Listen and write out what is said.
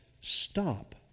stop